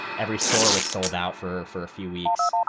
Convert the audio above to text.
every store was sold out for for a few weeks.